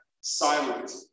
silent